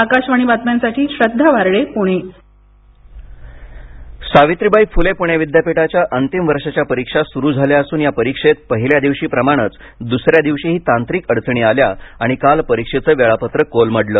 आकाशवाणी बातम्यांसाठी श्रद्वा वार्डे पुणे विद्यापीठ परीक्षा सावित्रीबाई फुले पुणे विद्यापीठाच्या अंतिम वर्षांच्या परीक्षा सुरू झाल्या असून या परीक्षेत पहिल्या दिवशी प्रमाणेच दुसऱ्या दिवशीही तांत्रिक अडचणी आल्या आणि काल परीक्षेचं वेळापत्रक कोलमडलं